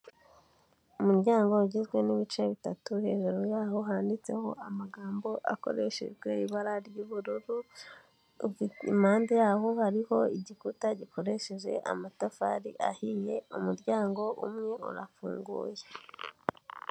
Umuryango ugizwe n'ibice bitatu, hejuru yaho handitseho amagambo akoreshejwe ibara ry'ubururu, impande yaho hariho igikuta gikoresheje amatafari ahiye, umuryango umwe urafunguye.